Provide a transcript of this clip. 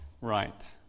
right